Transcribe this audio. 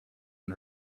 and